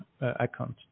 account